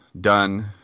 done